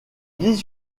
dix